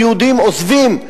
יהודים עוזבים.